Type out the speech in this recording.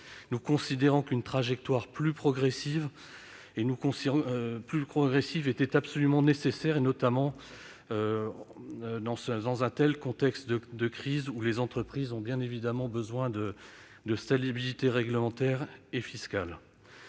nous considérons qu'une trajectoire plus progressive était absolument nécessaire dans un tel contexte de crise, où les entreprises ont besoin de stabilité réglementaire et fiscale.